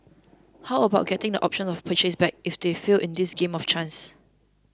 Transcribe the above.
how about getting the option of purchase back if they fail in this game of chance